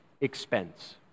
expense